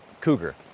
cougar